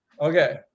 Okay